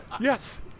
Yes